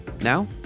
Now